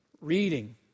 Reading